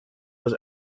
was